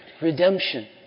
redemption